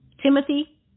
Timothy